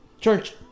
church